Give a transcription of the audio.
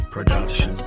Production